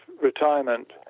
retirement